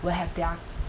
will have their